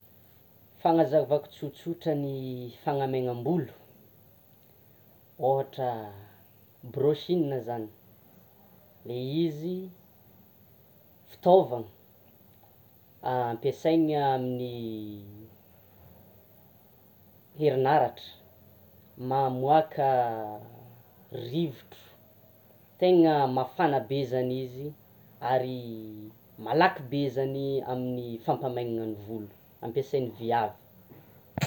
Fanazavako tsotsotra ny fanamainam-bolo ohatra hoe brochigne zany izy fitaovana ampiasaina amin'ny herinaratra, mamoaka rivotro tegna mafana be zany izy ary malaky be zany izy amin'ny fampamainana ny volo; ampiasain'ny viavy.